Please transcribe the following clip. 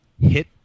hit